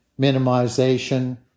minimization